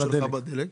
איפה --- בדלק?